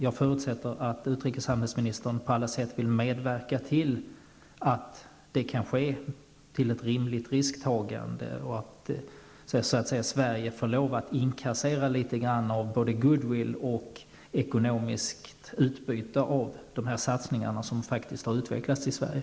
Jag förutsätter att utrikeshandelsministern på alla sätt vill medverka till att den kan genomföras med ett rimligt risktagande. Sverige kan också komma att få inkassera en del både goodwill och ekonomiskt utbyte av dessa satsningar, som faktiskt har utvecklats i Sverige.